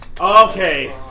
Okay